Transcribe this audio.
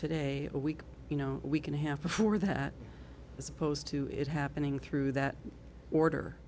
today a week you know we can have before that as opposed to it happening through that order